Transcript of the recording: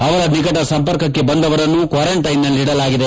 ಅವರ ನಿಕಟ ಸಂಪರ್ಕಕ್ಕೆ ಬಂದವರನ್ನು ಕ್ವಾರೆಂಟೈನ್ನಲ್ಲಿಡಲಾಗಿದೆ